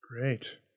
Great